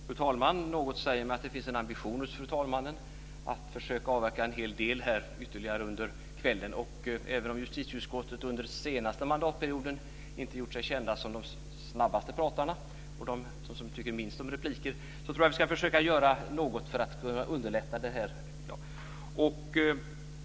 Fru talman! Något säger mig att det finns en ambition hos fru talmannen att försöka avverka en hel del ytterligare under kvällen. Även om ledamöterna av justitieutskottet under senaste mandatperioden inte gjort sig kända som de snabbaste talarna och de som tycker minst om repliker tror jag att vi ska försöka göra något för att underlätta detta.